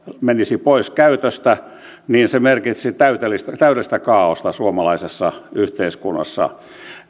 menisi pois käytöstä niin se merkitsisi täydellistä kaaosta suomalaisessa yhteiskunnassa